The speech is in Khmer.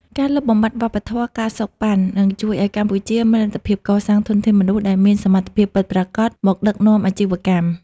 ការលុបបំបាត់វប្បធម៌ ការសូកប៉ាន់ នឹងជួយឱ្យកម្ពុជាមានលទ្ធភាពកសាងធនធានមនុស្សដែលមានសមត្ថភាពពិតប្រាកដមកដឹកនាំអាជីវកម្ម។